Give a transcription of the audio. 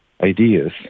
ideas